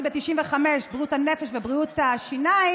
ב-1995 של בריאות הנפש ובריאות השיניים.